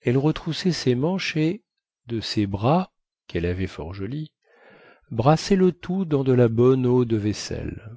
elle retroussait ses manches et de ses bras quelle avait fort jolis brassait le tout dans de la bonne eau de vaisselle